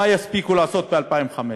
מה יספיקו לעשות ב-2015?